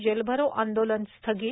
जेलभरो आंदोलन स्थगित